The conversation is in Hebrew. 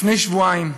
לפני שבועיים,